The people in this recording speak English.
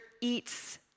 eats